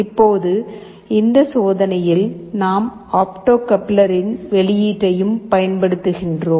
இப்போது இந்த சோதனையில் நாம் ஆப்டோ கப்ளரின் வெளியீட்டையும் பயன்படுத்துகிறோம்